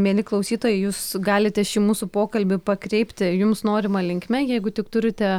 mieli klausytojai jūs galite šį mūsų pokalbį pakreipti jums norima linkme jeigu tik turite